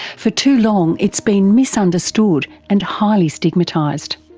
for too long it's been misunderstood and highly stigmatised.